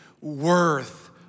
worth